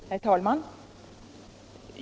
Herr talman!